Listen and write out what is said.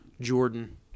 Jordan